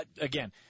Again